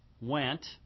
went